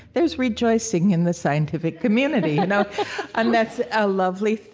there's rejoicing in the scientific community, you know and that's a lovely,